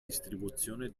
distribuzione